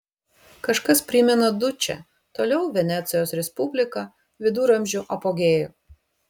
kažkas primena dučę toliau venecijos respubliką viduramžių apogėjų